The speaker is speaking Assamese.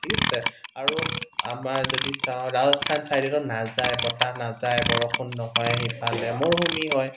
ঠিক আছে আৰু আমাৰ যদি চাওঁ ৰাজস্থান ছাইডেতো নাযায় বতাহ নাযায় বৰষুণ নহয় সিফালে মৰুভূমি হয়